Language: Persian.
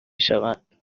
شوند